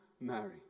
Mary